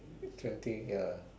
twenty ya